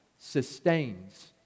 sustains